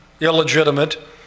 illegitimate